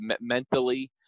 mentally